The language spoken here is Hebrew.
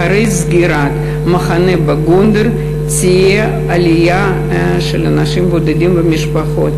אחרי סגירת המחנה בגונדר תהיה עלייה של אנשים בודדים ומשפחות,